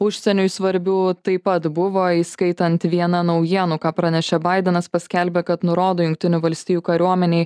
užsieniui svarbių taip pat buvo įskaitant vieną naujienų ką pranešė baidenas paskelbė kad nurodo jungtinių valstijų kariuomenei